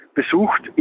besucht